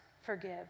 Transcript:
forgive